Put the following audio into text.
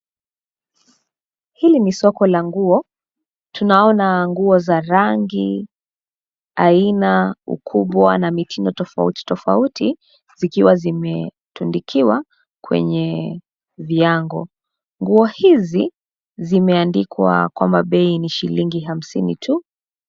Hili ni soko la nguo, tunaona nguo za rangi aina ukubwa na mitindo tofauti tofauti, zikiwa zimetundikiwa kwenye viango. Nguo hizi zimeandikwa kwamba bei ni shilingi 50 tu.